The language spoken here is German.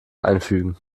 einfügen